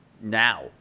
now